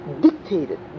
dictated